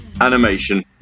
Animation